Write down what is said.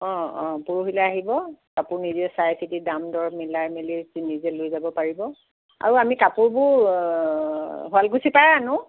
অঁ অঁ পৰহিলে আহিব কাপোৰ নিজে চাই চিটি দাম দৰ মিলাই মিলি নিজে লৈ যাব পাৰিব আৰু আমি কাপোৰবোৰ শুৱালকুছিৰ পৰাই আনো